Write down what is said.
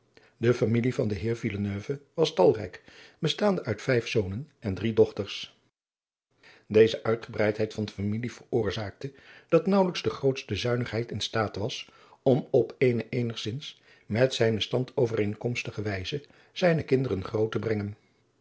de familie van den heer villeneuve was talrijk bestaande uit vijf zonen en drie dochters deze uitgebreidheid van familie veroorzaakte dat naauwelijks de grootste zuinigheid in staat was om op eene eenigzins met zijnen stand overeenkomstige wijze zijne kinderen groot te brengen